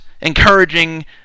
encouraging